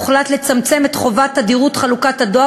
הוחלט לצמצם את חובת תדירות חלוקת הדואר